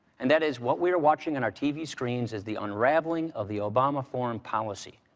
and that is what we are watching on our tv screens is the unraveling of the obama foreign policy,